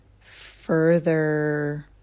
further